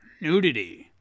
nudity